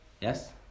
Yes